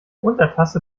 untertasse